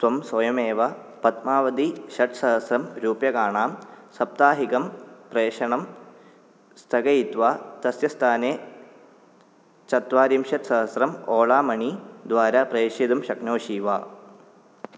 त्वं स्वयमेव पद्मावती षट्सहस्रं रूप्यकाणां साप्ताहिकं प्रेषणं स्थगयित्वा तस्य स्थाने चत्वारिंशत् सहस्रम् ओला मणीद्वारा प्रेषयितुं शक्नोषि वा